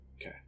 Okay